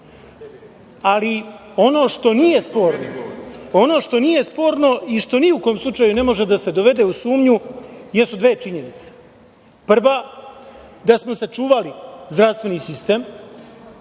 tačno. Ono što nije sporno i što ni u kom slučaju ne može da se dovede u sumnju jesu dve činjenice. Prva, da smo sačuvali zdravstveni sistem,